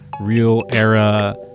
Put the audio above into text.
real-era